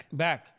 back